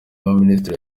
y’abaminisitiri